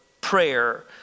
prayer